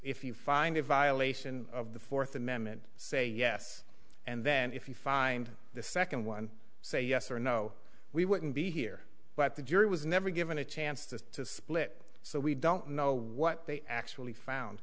if you find a violation of the fourth amendment say yes and then if you find the second one say yes or no we wouldn't be here but the jury was never given a chance to split so we don't know what they actually found